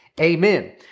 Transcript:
Amen